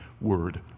Word